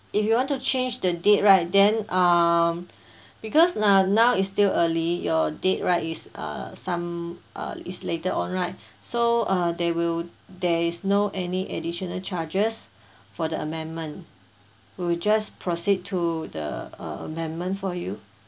if you want to change the date right then um because no~ now is still early your date right it's uh some uh is later on right so uh there will there is no any additional charges for the amendment we will just proceed to the uh amendment for you